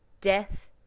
Death